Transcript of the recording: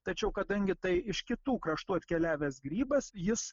tačiau kadangi tai iš kitų kraštų atkeliavęs grybas jis